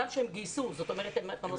את מלוא כוח האדם.